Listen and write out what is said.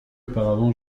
auparavant